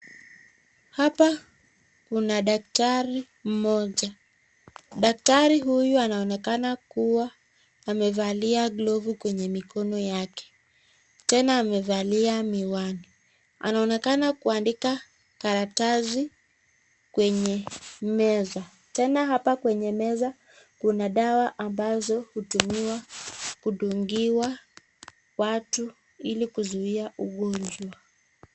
Hapa kuna daktari mmoja. Daktari huyu anaonekana kuwa amevalia glovu kwenye mikono yake . Tena amevalia miwani. Anaonekana kuandika karatasi kwenye meza. Tena hapa kwenye meza kuna dawa ambazo hutumiwa kudungiwa watu ili kuzuia ugonjwa.